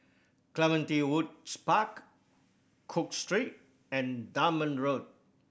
Clementi Woods Park Cook Street and Dunman Road